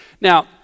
Now